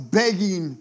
begging